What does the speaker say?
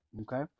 Okay